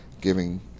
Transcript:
Giving